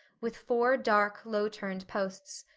with four dark, low-turned posts.